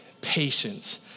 patience